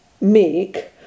make